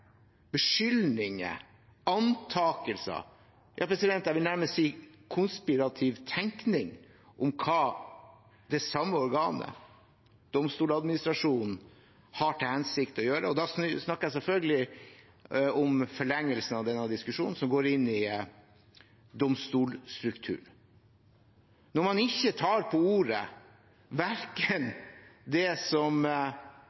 antakelser, ja, jeg vil gjerne si konspirativ tenkning om hva det samme organet, Domstoladministrasjonen, har til hensikt å gjøre. Og da snakker jeg selvfølgelig om forlengelsen av denne diskusjonen, som går inn i domstolstrukturen. Når man ikke tar på ordet